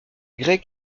grecs